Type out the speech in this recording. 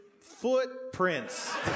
footprints